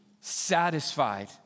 satisfied